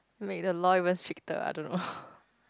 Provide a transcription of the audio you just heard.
make the law even stricter I don't know